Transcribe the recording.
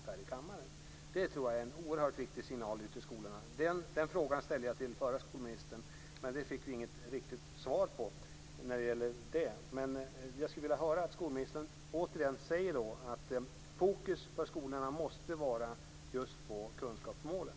Jag tror att det är en oerhört viktig signal ut till skolorna. Den frågan ställde jag till förra skolministern men fick inget riktigt svar. Jag skulle vilja höra att skolministern återigen säger att fokus för skolorna måste vara just på kunskapsmålen.